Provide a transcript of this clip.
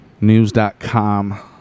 news.com